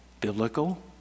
biblical